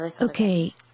Okay